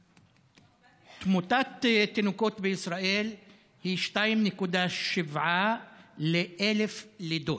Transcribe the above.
תמותת תינוקות בישראל היא 2.7 ל-1,000 לידות.